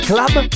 Club